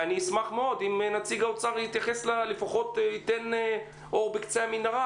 ואני אשמח מאוד אם נציג האוצר לפחות ייתן אור בקצה המנהרה,